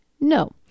no